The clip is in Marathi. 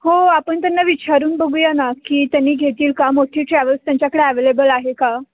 हो आपण त्यांना विचारून बघूया ना की त्यांनी घेतील का मोठी ट्रॅव्हल्स त्यांच्याकडे एवेलेबल आहे का